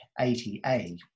80A